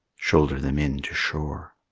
shoulder them in to shore.